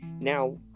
Now